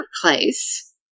place